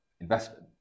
investment